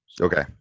Okay